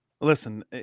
Listen